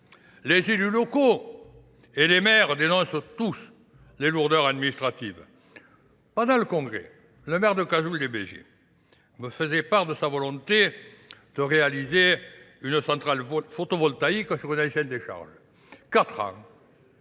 Les idées locaux et les maires dénoncent tous les lourdeurs administratives. En Alcongré, le maire de Casoul-des-Bégiers, me faisait part de sa volonté de réaliser une centrale photovoltaïque sur une ancienne décharge. Quatre ans,